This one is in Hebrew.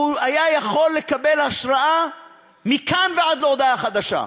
הוא היה יכול לקבל השראה מכאן ועד להודעה חדשה.